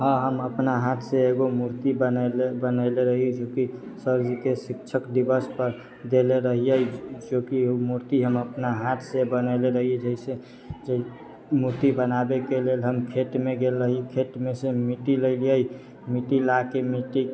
हँ हम अपना हाथसँ एगो मूर्ति बनयले बनयले रही जोकि सरजीके शिक्षक दिवसपर देले रहियै जोकि ओ मूर्ति हम अपना हाथसँ बनयले रहियै जैसे जे मूर्ति बनाबयके लेल हम खेतमे गेल रही खेतमे सँ मिट्टी लैलियै मिट्टी ला कऽ मिट्टी